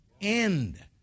End